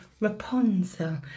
Rapunzel